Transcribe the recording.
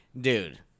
dude